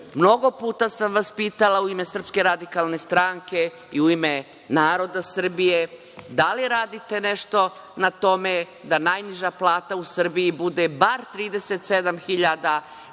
Mnogo puta sam vas pitala u ime SRS i u ime naroda Srbije da li radite nešto na tome da najniža plata u Srbiji bude bar 37.000,